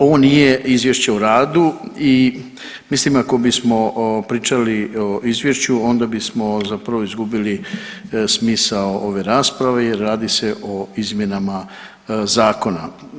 Ovo nije izvješće o radu i mislim ako bismo pričali o izvješću onda bismo zapravo izgubili smisao ove rasprave jer radi se o izmjenama zakona.